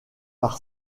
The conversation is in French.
par